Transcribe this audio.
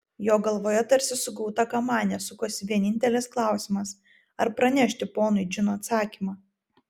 jo galvoje tarsi sugauta kamanė sukosi vienintelis klausimas ar pranešti ponui džino atsakymą